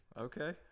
Okay